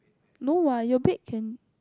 no what your bed can